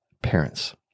parents